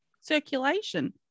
circulation